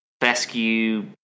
fescue